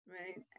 Right